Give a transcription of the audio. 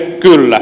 kyllä